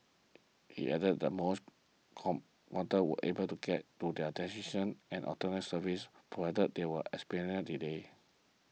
he added that most commuters were able to get to services provided they were experienced delay